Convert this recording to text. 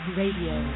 radio